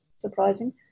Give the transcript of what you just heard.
surprising